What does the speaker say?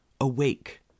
awake